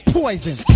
poison